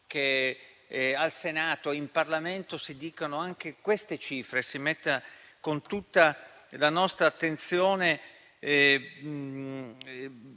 Grazie